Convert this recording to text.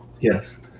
Yes